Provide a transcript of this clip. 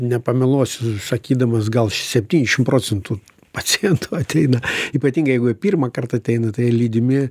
nepameluosiu sakydamas gal septyniasdešim procentų pacientų ateina ypatingai jeigu jie pirmąkart ateina tai jie lydimi